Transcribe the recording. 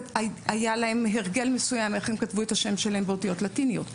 שהיה להם הרגל מסוים איך הם כתבו את השם שלהם באותיות לטיניות,